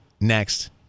next